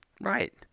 Right